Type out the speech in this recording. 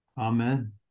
Amen